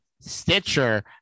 Stitcher